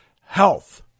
health